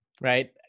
right